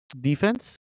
defense